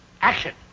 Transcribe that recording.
Action